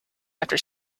after